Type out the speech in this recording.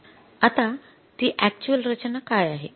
आता ती अक्यचुअल रचना काय आहे